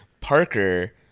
Parker